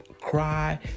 cry